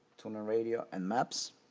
tuner radio and maps.